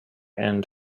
and